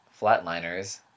flatliners